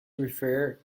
referred